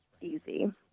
easy